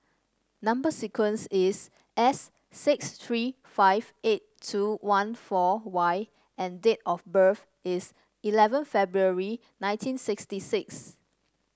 number sequence is S six three five eight two one four Y and date of birth is eleven February nineteen sixty six